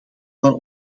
van